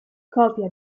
copia